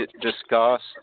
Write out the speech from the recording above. discussed